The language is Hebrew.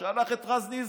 הוא שלח את רז נזרי.